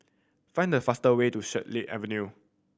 find the fastest way to Swan Lake Avenue